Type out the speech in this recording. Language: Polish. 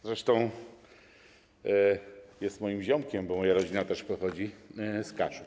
Zresztą jest moim ziomkiem, bo moja rodzina też pochodzi z Kaszub.